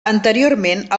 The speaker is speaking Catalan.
anteriorment